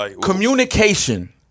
Communication